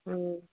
অ